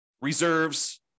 reserves